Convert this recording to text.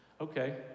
Okay